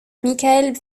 michael